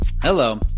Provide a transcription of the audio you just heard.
Hello